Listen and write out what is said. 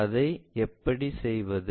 அதை எப்படி செய்வது